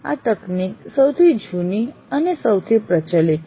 આ તકનીક સૌથી જૂની અને સૌથી પ્રચલિત છે